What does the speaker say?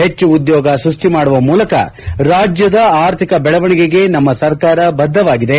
ಹೆಚ್ಚು ಉದ್ಯೋಗ ಸೃಷ್ಟಿ ಮಾಡುವ ಮೂಲಕ ರಾಜ್ಯದ ಅರ್ಥಿಕ ಬೆಳವಣಿಗೆಗೆ ನಮ್ನ ಸರ್ಕಾರ ಬದ್ದವಾಗಿದೆ